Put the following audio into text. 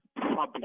problem